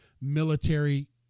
military